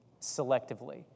Selectively